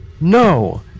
No